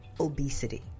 obesity